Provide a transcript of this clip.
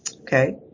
Okay